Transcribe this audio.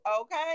Okay